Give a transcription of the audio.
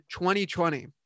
2020